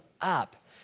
up